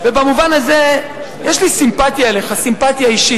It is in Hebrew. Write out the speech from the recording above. במובן הזה יש לי סימפתיה אליך, סימפתיה אישית.